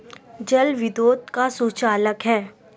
जल विद्युत का सुचालक है